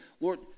Lord